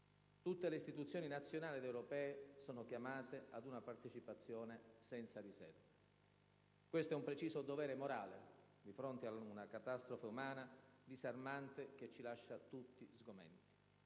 Tutte le istituzioni nazionali ed europee sono chiamate ad una partecipazione senza riserve. Questo è un preciso dovere morale di fronte ad una catastrofe umana disarmante che ci lascia tutti sgomenti.